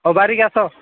ହଉ ବାହାରିକି ଆସ